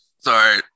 Sorry